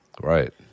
Right